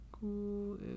Cool